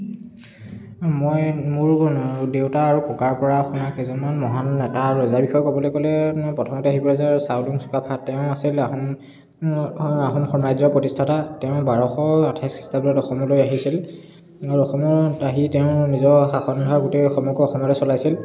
মই মোৰ দেউতা আৰু ককাৰ পৰা শুনা কেইজনমান মহান নেতা আৰু ৰজাৰ বিষয়ে ক'বলৈ গ'লে প্ৰথমতে আহিব যে চাউলুং চুকাফা তেওঁ আছিল আহোম আহোম সাম্ৰাজ্যৰ প্ৰতিষ্ঠাতা তেওঁ বাৰশ আঠাইছ খ্ৰীষ্টাব্দত অসমলৈ আহিছিল আৰু অসমত আহি তেওঁ নিজৰ শাসনভাৰ গোটেই সমগ্ৰ অসমতে চলাইছিল